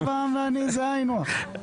"קבלה לעם" ואני זה היינו הך.